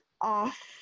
off